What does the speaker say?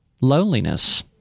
loneliness